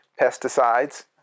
Pesticides